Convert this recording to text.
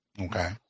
Okay